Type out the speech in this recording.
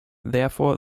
therefore